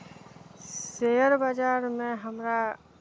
share बजार मे हमरा